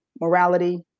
morality